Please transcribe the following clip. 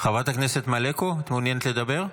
חברת הכנסת מלקו, מעוניינת לדבר?